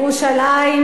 גברת זהבה כיבוש.